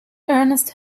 ernest